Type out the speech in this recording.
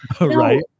Right